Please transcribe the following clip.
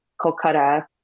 Kolkata